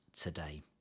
today